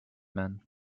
men